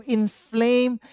inflame